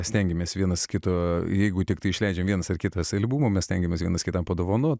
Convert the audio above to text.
stengiamės vienas kito jeigu tiktai išleidžia viens ar kitas albumą mes stengiamės vienas kitam padovanoti